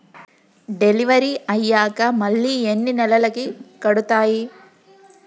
Delivery అయ్యాక మళ్ళీ ఎన్ని నెలలకి కడుతాయి?